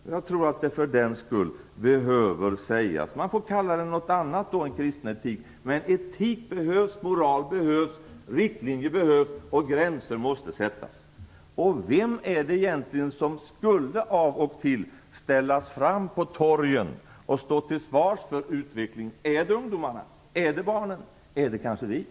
Därför tror jag att det behöver sägas - kalla det gärna någonting annat än kristen etik - att etik behövs, moral behövs, riktlinjer behövs och gränser måste sättas. Vem är det egentligen som av och till skulle ställas fram på torgen och stå till svars för utvecklingen - är det ungdomarna, är det barnen, eller är det kanske vi?